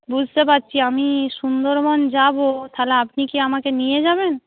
বুঝতে পারছি আমি সুন্দরবন যাবো তাহলে আপনি কি আমাকে নিয়ে যাবেন